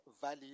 valley